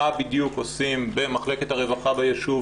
מה בדיוק עושים במחלקת הרווחה בישוב